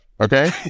okay